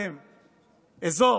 לקחתם אזור